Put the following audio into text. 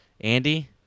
Andy